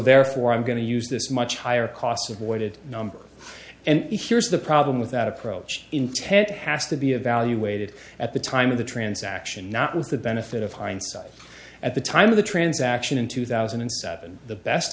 therefore i'm going to use this much higher costs avoided number and here's the problem with that approach intent has to be evaluated at the time of the transaction not with the benefit of hindsight at the time of the transaction in two thousand and seven the best